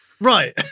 Right